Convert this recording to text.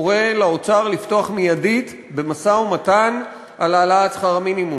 קורא לאוצר לפתוח מייד במשא-ומתן על העלאת שכר המינימום.